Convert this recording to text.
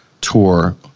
tour